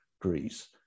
Greece